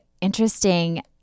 interesting